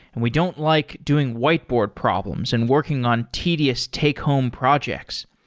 and we don't like doing whiteboard problems and working on tedious take home projects.